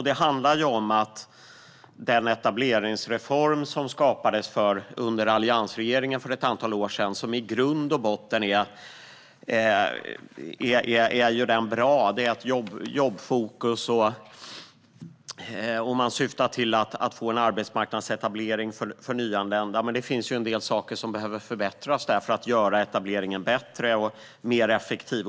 Den etableringsreform som skapades under alliansregeringen för ett antal år sedan är i grund och botten bra - den har jobbfokus och syftar till att få en arbetsmarknadsetablering för nyanlända - men det finns en del saker som behöver förbättras för att göra etableringen bättre och mer effektiv.